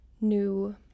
new